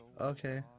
Okay